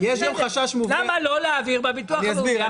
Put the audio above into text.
זה בסדר אבל למה לא להעביר בביטוח הלאומי?